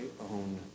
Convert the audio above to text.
own